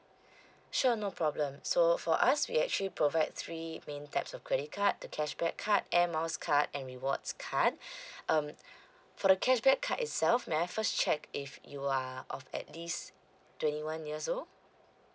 sure no problem so for us we actually provide three main types of credit card the cashback card air miles card and rewards card um for the cashback card itself may I first check if you are of at least twenty one years old